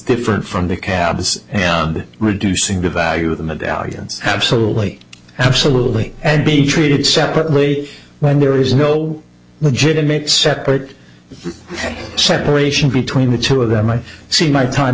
different from the cab is reducing the value of the dalliance absolutely absolutely and be treated separately when there is no legitimate separate separation between the two of them i see my time